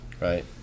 Right